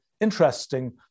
interesting